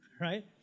right